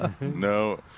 No